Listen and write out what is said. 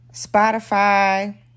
Spotify